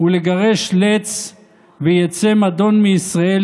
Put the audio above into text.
ולגרש לץ ויצא מדון מישראל,